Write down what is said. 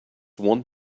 want